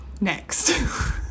Next